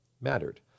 mattered